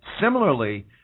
similarly